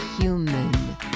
human